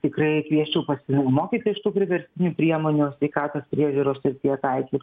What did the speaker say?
tikrai kviesčiau pasimokyti iš tų priverstinių priemonių sveikatos priežiūros srityje taikyt